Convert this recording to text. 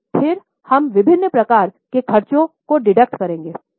फिर हम विभिन्न प्रकार के खर्चों को डिडक्ट करेंगे